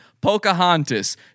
Pocahontas